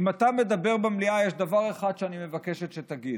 אם אתה מדבר במליאה, יש דבר אחד שאני מבקשת שתגיד,